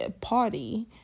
party